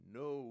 no